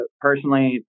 personally